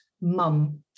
mum